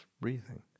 breathing